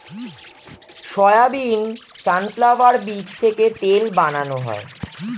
soybean, sunflower বীজ থেকে তেল বানানো হয়